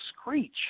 screech